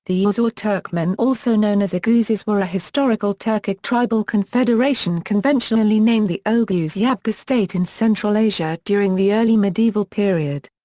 the ghuzz or turkmen also known as oguzes were a historical turkic tribal confederation conventionally named the oghuz yabgu state in central asia during the early medieval period.